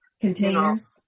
containers